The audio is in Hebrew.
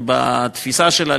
בתפיסה שלה,